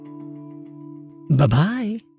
Bye-bye